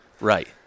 Right